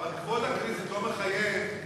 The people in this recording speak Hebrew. אבל כבוד הכנסת לא מחייב?